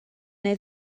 neu